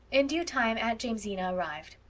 in due time aunt jamesina arrived.